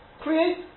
Create